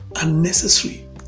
unnecessary